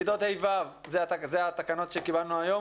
כיתות ה'-ו' זה התקנות - זה שקיבלנו היום.